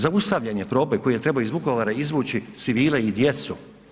Zaustavljen je proboj koji je trebao iz Vukovara izvući civile i djecu.